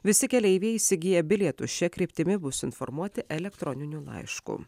visi keleiviai įsigiję bilietus šia kryptimi bus informuoti elektroniniu laišku